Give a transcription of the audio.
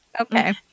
Okay